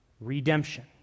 redemption